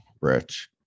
Rich